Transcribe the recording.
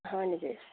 হয় নেকি